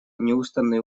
неустанные